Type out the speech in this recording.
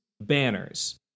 banners